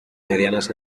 medianas